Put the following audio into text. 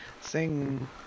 Sing